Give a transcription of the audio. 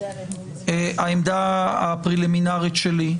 העמדה הפרלימינרית שלי,